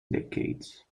decades